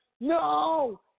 no